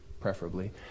preferably